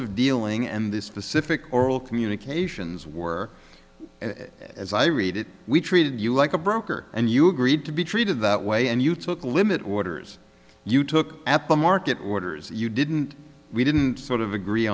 of dealing and this specific oral communications were as i read it we treated you like a broker and you agreed to be treated that way and you took the limit orders you took at the market orders you didn't we didn't sort of agree